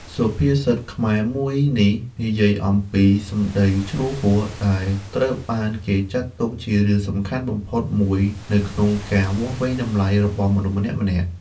សុភាសិតខ្មែរមួយនេះនិយាយអំពី សម្តីជ្រុលហួស ដែលត្រូវបានគេចាត់ទុកជារឿងសំខាន់បំផុតមួយ នៅក្នុងការវាស់វែងតម្លៃរបស់មនុស្សម្នាក់ៗ។